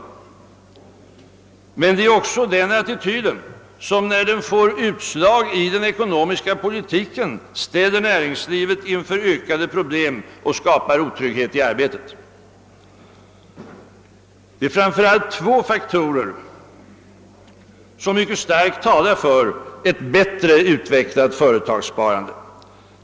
Det är emellertid också denna attityd som, när den får utslag i den ekonomiska politiken, ställer näringslivet inför ökade problem och skapar otrygghet i arbetet. Framför allt två faktorer talar mycket starkt för ett bättre utvecklat företagssparande.